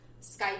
Skype